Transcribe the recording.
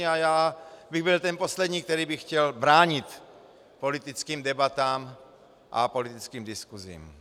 A já bych byl ten poslední, který by chtěl bránit politickým debatám a politickým diskusím.